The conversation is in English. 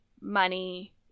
money